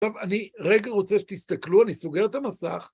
טוב, אני רגע רוצה שתסתכלו, אני סוגר את המסך.